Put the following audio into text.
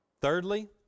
Thirdly